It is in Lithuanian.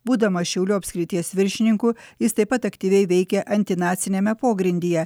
būdamas šiaulių apskrities viršininku jis taip pat aktyviai veikė antinaciniame pogrindyje